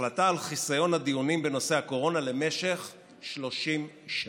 החלטה על חסיון הדיונים בנושא הקורונה למשך 30 שנה.